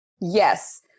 Yes